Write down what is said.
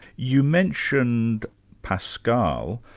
you mentioned pascal,